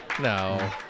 No